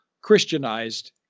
Christianized